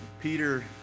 Peter